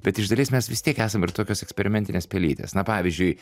bet iš dalies mes vis tiek esam ir tokios eksperimentinės pelytės na pavyzdžiui